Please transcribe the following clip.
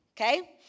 okay